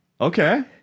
Okay